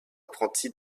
apprentis